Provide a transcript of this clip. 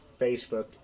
Facebook